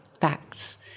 facts